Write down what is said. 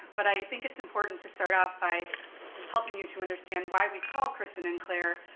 but i think it's important to start off by helping you to understand why we call kristin and claire,